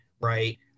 right